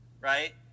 right